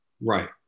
Right